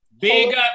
Big